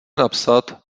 napsat